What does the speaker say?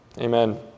Amen